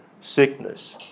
sickness